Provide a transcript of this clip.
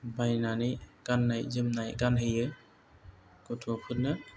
बायनानै गाननाय जोमनाय गानहोयो गथ'फोरनो